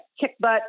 kick-butt